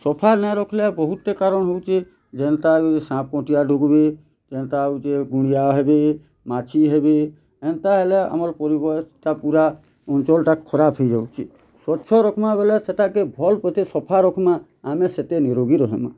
ସଫା ନାଇଁ ରଖିଲେ ବହୁଟେ କାରଣ ହଉଛି ଯେନ୍ତା କି ସାଁପ୍ କଣ୍ଟିଆ ଡୁଗୁବେ ଯେନ୍ତା ହଉଛେ ଗୁଞ୍ଜା ହେବେ ମାଛି ହେବେ ଏନ୍ତା ହେଲେ ଆମର୍ ପେରିବେଶ୍ ଟା ପୁରା ଅଞ୍ଚଲ୍ ଟା ଖରାପ୍ ହେଇ ଯାଉଛି ସ୍ଵଚ୍ଛ ରଖ୍ ମା ବେଲେ ସେଇଟା କେ ଭଲ୍ ପ୍ରତି ସଫା ରଖ୍ ମା ଆମେ ସେତେ ନିରୋଗୀ ରହେମା